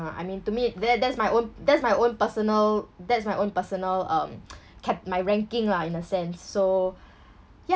I mean to me that that's my that's my own personal that's my own personal um c~ my ranking lah in a sense so yeah